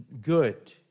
good